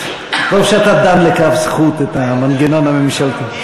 טוב שאתה דן לכף זכות את המנגנון הממשלתי.